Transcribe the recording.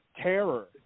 terror